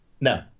no